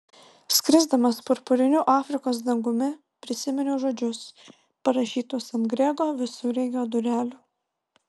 skrisdamas purpuriniu afrikos dangumi prisiminiau žodžius parašytus ant grego visureigio durelių